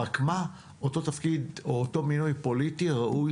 רק מה אותו תפקיד אותו מינוי פוליטי ראוי